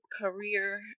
career